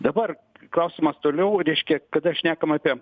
dabar klausimas toliau reiškia kada šnekama apie